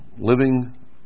living